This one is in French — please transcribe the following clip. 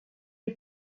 les